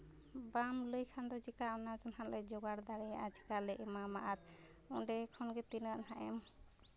ᱵᱟᱢ ᱞᱟᱹᱭ ᱠᱷᱟᱱ ᱫᱚ ᱪᱤᱠᱟᱹ ᱚᱱᱟ ᱫᱚ ᱱᱟᱜ ᱞᱮ ᱡᱚᱜᱟᱲ ᱫᱟᱲᱮᱭᱟᱜᱼᱟ ᱪᱤᱠᱟᱹᱞᱮ ᱮᱢᱟᱢᱟ ᱟᱨ ᱚᱸᱰᱮ ᱠᱷᱚᱱᱜᱮ ᱛᱤᱱᱟᱹᱜ ᱱᱟᱜᱼᱮᱢ